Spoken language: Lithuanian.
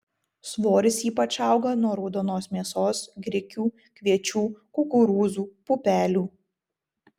svoris ypač auga nuo raudonos mėsos grikių kviečių kukurūzų pupelių